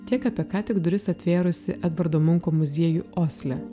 tiek apie ką tik duris atvėrusį edvardo munko muziejų osle